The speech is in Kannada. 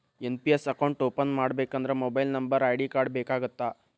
ಎನ್.ಪಿ.ಎಸ್ ಅಕೌಂಟ್ ಓಪನ್ ಮಾಡಬೇಕಂದ್ರ ಮೊಬೈಲ್ ನಂಬರ್ ಐ.ಡಿ ಕಾರ್ಡ್ ಬೇಕಾಗತ್ತಾ?